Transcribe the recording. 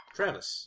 Travis